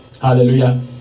Hallelujah